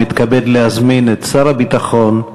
ומתכבד להזמין את שר הביטחון,